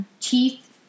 teeth